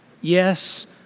Yes